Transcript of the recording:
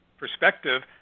perspective